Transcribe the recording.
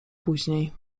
później